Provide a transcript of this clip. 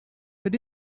that